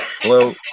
Hello